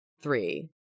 three